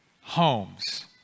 homes